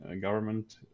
government